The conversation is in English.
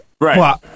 Right